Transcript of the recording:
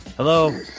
Hello